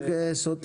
גם יש תיאום מחירים,